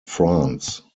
france